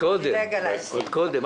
עוד קודם.